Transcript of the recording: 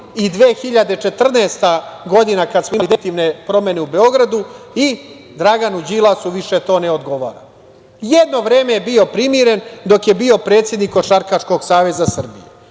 i 2014. godina, kad smo imali definitivne promene u Beogradu i Draganu Đilasu više to ne odgovara. Jedno vreme je bio primiren, dok je bio predsednik Košarkaškog Saveza Srbije.